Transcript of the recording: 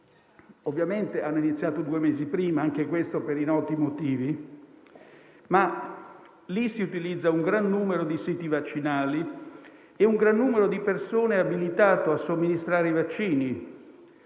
Ovviamente hanno iniziato due mesi prima (anche questo per i noti motivi), ma lì si utilizza un gran numero di siti vaccinali e un gran numero di persone è abilitato a somministrare i vaccini;